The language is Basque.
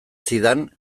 zidan